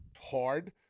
hard